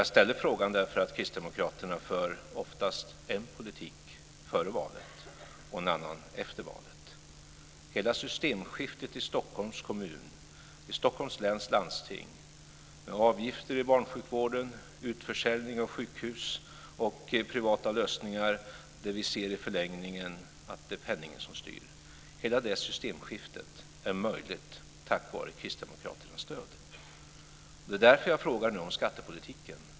Jag ställde frågan därför att kristdemokraterna oftast för en politik före valet och en annan efter valet. Vi ser i förlängningen att det är penningen som styr i systemskiftet i Stockholms kommun och Stockholms läns landsting, med avgifter i barnsjukvården, utförsäljning av sjukhus och privata lösningar. Hela det systemskiftet är möjligt tack vare kristdemokraternas stöd. Det är därför jag frågar om skattepolitiken.